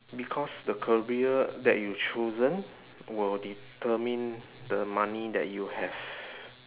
because the career that you've chosen will determine the money that you have